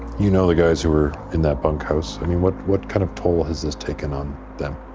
you know the guys who were in that but i mean what what kind of toll has this taken on them?